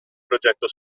progetto